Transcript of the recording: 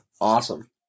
Awesome